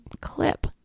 clip